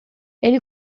ele